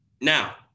now